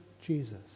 Jesus